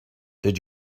did